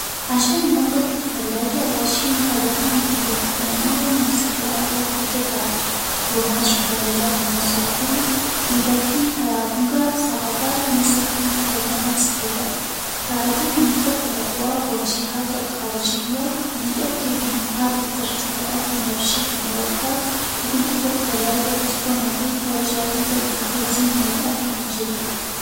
عشان ننظف التلاجة، أول شي نفرغها من كل الأطعمة ونمسح الأرفف بجطعة جماش مبللة بماء وصابون، وإذا فيها بجع صعبة، نستخدم بيكربونات الصودا، بعدين ننظف الأبواب والجهات الخارجية، نتأكد من إعادة ترتيب الأطعمة بشكل مرتب، وبكذا التلاجة تكون نظيفة وجاهزة لتخزين الأكل من جديد!